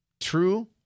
True